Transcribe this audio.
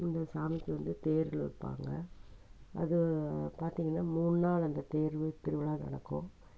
இந்த சாமிக்கு வந்து தேர் இழுப்பாங்க அது பார்த்திங்கன்னா மூணு நாள் அந்த தேர் திருவிழா நடக்கும்